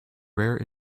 rare